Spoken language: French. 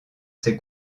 ces